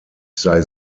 sei